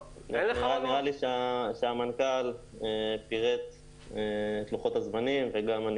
נראה לי שהמנכ"ל פירט את לוחות הזמנים וגם אני